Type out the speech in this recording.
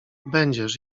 będziesz